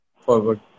forward